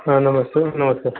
हाँ नमस्ते मैम नमस्कार